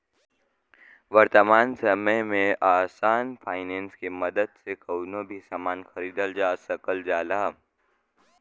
वर्तमान समय में आसान फाइनेंस के मदद से कउनो भी सामान खरीदल जा सकल जाला